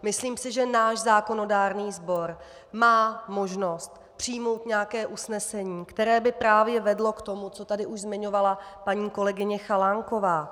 Myslím si, že náš zákonodárný sbor má možnost přijmout nějaké usnesení, které by právě vedlo k tomu, co tady už zmiňovala paní kolegyně Chalánková.